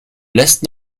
lässt